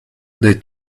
they